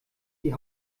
die